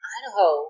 Idaho